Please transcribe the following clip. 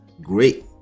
great